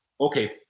okay